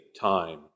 time